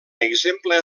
exemple